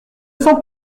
sens